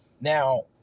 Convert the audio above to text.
Now